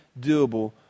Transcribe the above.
doable